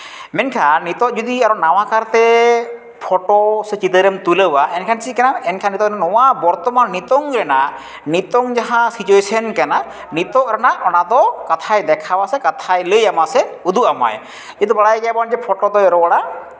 ᱢᱮᱱᱷᱟᱱ ᱱᱤᱛᱚᱜ ᱡᱩᱫᱤ ᱱᱟᱣᱟ ᱠᱟᱨᱛᱮ ᱯᱷᱚᱴᱳ ᱥᱮ ᱪᱤᱛᱟᱹᱨ ᱮᱢ ᱛᱩᱞᱟᱹᱣᱟ ᱮᱱᱠᱷᱟᱱ ᱪᱤᱠᱟᱹᱜ ᱠᱟᱱᱟ ᱮᱱᱠᱷᱟᱱ ᱱᱤᱛᱚᱜ ᱱᱚᱣᱟ ᱵᱚᱨᱛᱚᱢᱟᱱ ᱱᱤᱛᱚᱝ ᱨᱮᱱᱟᱜ ᱱᱤᱛᱚᱝ ᱡᱟᱦᱟᱸ ᱥᱤᱪᱩᱭᱮᱥᱮᱱ ᱠᱟᱱᱟ ᱱᱤᱛᱚᱜ ᱨᱮᱟᱜ ᱚᱱᱟ ᱫᱚ ᱠᱟᱛᱷᱟᱭ ᱫᱮᱠᱷᱟᱣ ᱟᱢᱟ ᱥᱮ ᱠᱟᱛᱷᱟᱭ ᱞᱟᱹᱭ ᱟᱢᱟ ᱥᱮ ᱩᱫᱩᱜ ᱟᱢᱟᱭ ᱠᱤᱱᱛᱩ ᱵᱟᱲᱟᱭ ᱜᱮᱭᱟᱵᱚᱱ ᱡᱮ ᱯᱷᱚᱴᱳ ᱫᱚᱭ ᱨᱚᱲᱟ